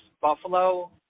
Buffalo